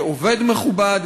יהיה עובד מכובד,